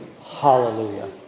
Hallelujah